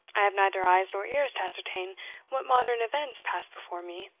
i have neither eyes nor ears to ascertain what modern events pass before me?